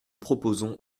proposons